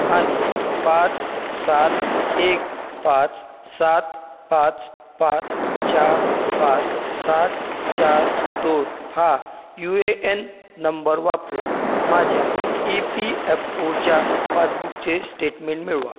आणि पाच सात एक पाच सात पाच पाच चार पाच सात चार दोन हा यू ए एन नंबर वापरून माझ्या ई पी एफ ओच्या पासबुकचे स्टेटमेंट मिळवा